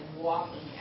walking